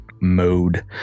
mode